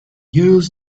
used